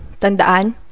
tandaan